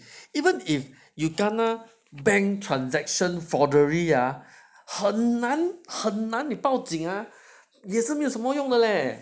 even if you're kena bank transaction forgery ah 很难很难你报警啊也是没有什么用的 leh